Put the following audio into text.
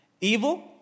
Evil